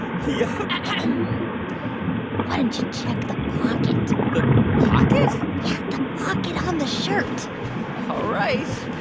yeah um why don't you check the pocket? the pocket? yeah, the pocket on the shirt all right.